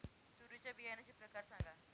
तूरीच्या बियाण्याचे प्रकार सांगा